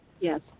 Yes